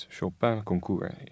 Chopin-concours